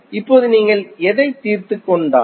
இப்போது நீங்கள் எதைத் தீர்த்துக் கொண்டால்